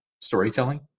storytelling